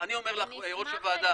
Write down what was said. אני אומר לך, ראש הוועדה,